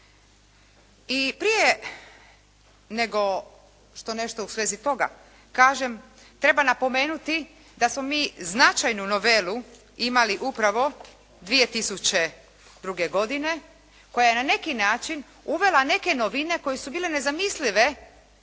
I prije nego što nešto u svezi toga kažem treba napomenuti da smo mi značajnu novelu imali upravo 2002. godine koja je na neki način uvela neke novine koje su bile nezamislive